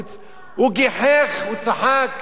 הוא גיחך, הוא צחק.